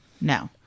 No